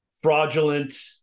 fraudulent